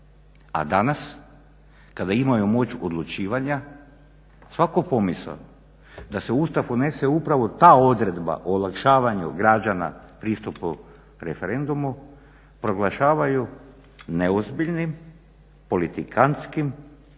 a danas kada imaju moć odlučivanja svaka pomisao da se u Ustav unese upravo ta odredba o olakšavanju građana pristupu referendumu proglašavaju neozbiljnim, politikantskim,